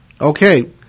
Okay